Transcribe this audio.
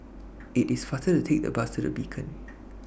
IT IS faster to Take The Bus to The Beacon